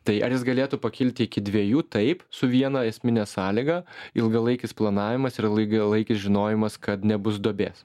tai ar jis galėtų pakilti iki dviejų taip su viena esmine sąlyga ilgalaikis planavimas ir ilgalaikis žinojimas kad nebus duobės